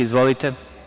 Izvolite.